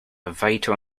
vital